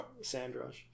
sandrush